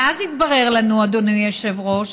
ואז התברר לנו, אדוני היושב-ראש,